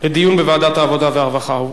דיון בוועדת העבודה והרווחה.